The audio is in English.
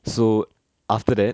so after that